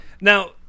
Now